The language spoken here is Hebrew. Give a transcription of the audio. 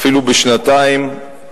אפילו בשנתיים,